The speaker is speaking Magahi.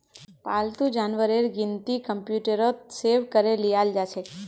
पालतू जानवरेर गिनती कंप्यूटरत सेभ करे लियाल जाछेक